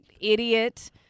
idiot